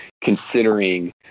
considering